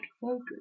focus